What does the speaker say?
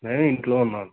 నేను ఇంట్లో ఉన్నాను